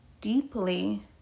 deeply